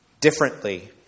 differently